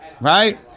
right